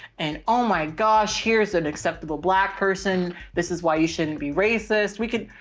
and oh my gosh, here's an acceptable black person. this is why you shouldn't be racist. we could,